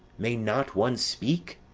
may not one speak?